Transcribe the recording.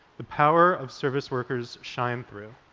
the power of service workers shine through.